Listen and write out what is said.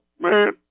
man